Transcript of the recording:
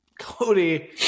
Cody